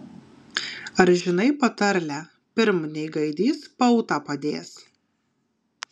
ar žinai patarlę pirm nei gaidys pautą padės